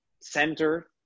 center